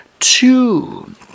Two